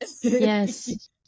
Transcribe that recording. yes